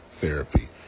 therapy